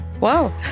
Wow